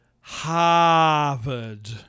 Harvard